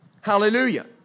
Hallelujah